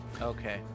Okay